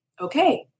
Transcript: okay